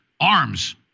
arms